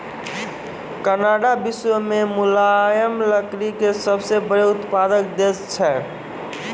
Canada विश्व मॅ मुलायम लकड़ी के सबसॅ बड़ो उत्पादक देश छै